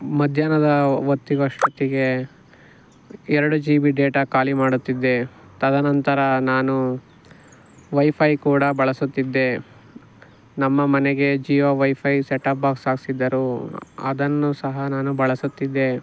ಮಧ್ಯಾಹ್ನದ ಹೊತ್ತಿಗ್ ಅಷ್ಟೊತ್ತಿಗೆ ಎರಡು ಜಿ ಬಿ ಡೇಟಾ ಖಾಲಿಮಾಡುತ್ತಿದ್ದೆ ತದನಂತರ ನಾನು ವೈಫೈ ಕೂಡ ಬಳಸುತ್ತಿದ್ದೆ ನಮ್ಮ ಮನೆಗೆ ಜಿಯೋ ವೈಫೈ ಸೆಟಪ್ ಬಾಕ್ಸ್ ಹಾಕ್ಸಿದ್ದರು ಅದನ್ನು ಸಹ ನಾನು ಬಳಸುತ್ತಿದ್ದೆ